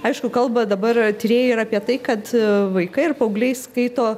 aišku kalba dabar tyrėjai ir apie tai kad vaikai ir paaugliai skaito